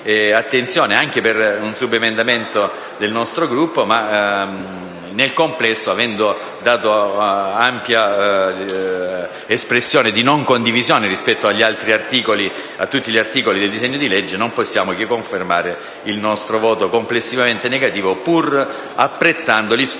attenzione, anche per un subemendamento del nostro Gruppo. Ma nel complesso, avendo data ampia espressione di non condivisione rispetto a tutti gli articoli del disegno di legge, non possiamo che confermare il nostro voto complessivamente contrario, pur apprezzando gli sforzi